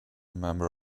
member